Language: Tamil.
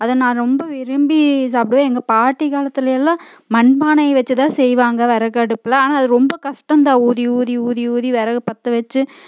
அதை நான் ரொம்ப விரும்பி சாப்பிடுவேன் எங்கள் பாட்டி காலத்தில் எல்லாம் மண்பானையை வைச்சுதான் செய்வாங்க விறகடுப்புல ஆனால் அது ரொம்ப கஷ்டம்தான் ஊதி ஊதி ஊதி ஊதி விறகு பற்ற வச்சு